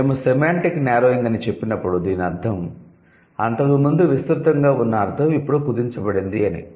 మేము semantic narrowing అని చెప్పినప్పుడు దీనర్ధం అంతకుముందు విస్తృతంగా ఉన్న అర్థం ఇప్పుడు కుదించబడింది అని